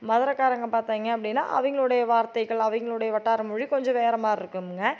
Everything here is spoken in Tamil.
மதுரக்காரங்க பார்த்தீங்க அப்படின்னா அவங்களுடைய வார்த்தைகள் அவங்களுடைய வட்டார மொழி கொஞ்சம் வேற மாதிரி இருக்குமுங்க